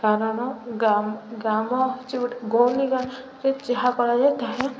କାରଣ ଗା ଗ୍ରାମ ହେଉଛିି ଗୋଟେ ଗଉନୀ ଗାଁ ରେ ଯାହା କରାଯାଏ ତା'ହାଲେ